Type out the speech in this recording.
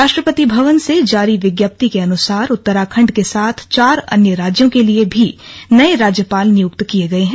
राष्ट्रपति भवन से जारी विज्ञप्ति के अनुसार उत्तराखण्ड के साथ चार अन्य राज्यों के लिए भी नये राज्यपाल नियुक्त किये गये हैं